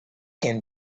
can